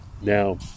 Now